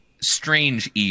strange